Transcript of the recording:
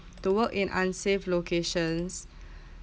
to work in unsafe locations